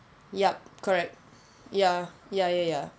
yup correct ya ya ya ya